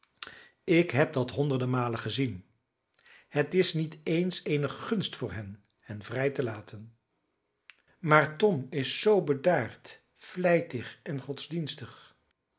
ik heb dat honderden malen gezien het is niet eens eene gunst voor hen hen vrij te laten maar tom is zoo bedaard vlijtig en godsdienstig